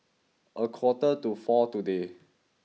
a quarter to four today